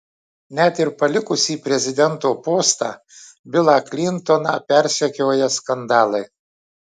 net ir palikusį prezidento postą bilą klintoną persekioja skandalai